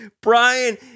Brian